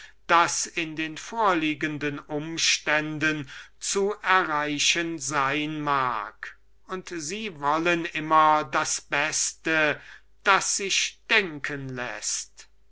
das in den vorliegenden umständen zu erreichen sein mag und sie wollen immer das beste das sich denken läßt